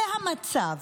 זה המצב.